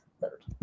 third